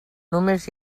només